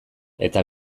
eta